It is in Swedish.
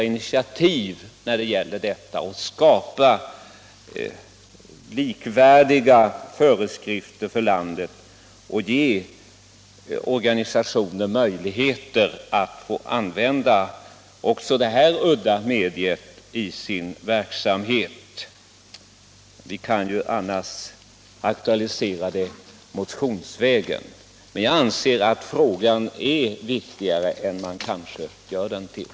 initiativ för att skapa likvärdiga föreskrifter för landet och därmed ge organisationer möjlighet att använda också det här udda mediet i sin verksamhet. Vi kan ju annars aktualisera frågan motionsvägen; den är faktiskt viktigare än man kanske gör den till.